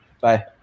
Bye